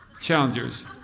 challengers